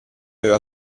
aveva